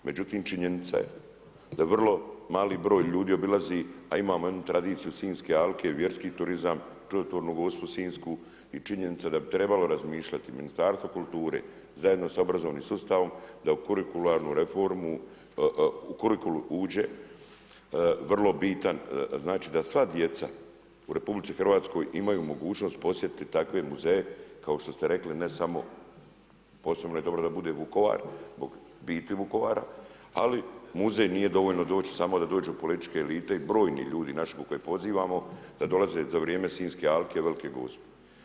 Međutim, činjenica je da vrlo mali broj ljudi obilazi, a imamo jednu tradiciju Sinjske alke, vjerski turizam, čudotvornu Gospu Sinjsku i činjenica da bi trebalo razmišljati Ministarstvo kulture zajedno sa obrazovnim sustavom da u kurikularnu reformu uđe vrlo bitan, znači da sva djeca u RH imaju mogućnost posjetiti takve muzeje kao što ste rekli ne samo, posebno je dobro da bude Vukovar zbog biti Vukovara, ali muzej nije dovoljno doći samo da dođu političke elite i brojni ljudi naše koje pozivamo da dolaze za vrijeme Sinjske alke i Velike Gospe.